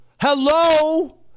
Hello